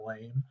lame